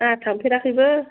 आंहा थांफेराखैबो